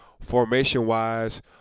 formation-wise